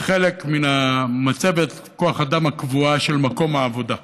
לחלק ממצבת כוח האדם הקבועה של מקום העבודה.